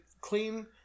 clean